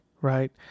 right